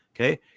okay